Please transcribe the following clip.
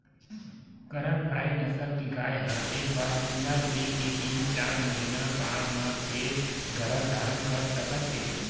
करन फ्राइ नसल के गाय ह एक बार पिला दे के तीन, चार महिना बाद म फेर गरभ धारन कर सकत हे